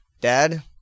Dad